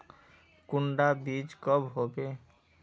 कुंडा बीज कब होबे?